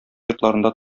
йортларында